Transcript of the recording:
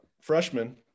freshman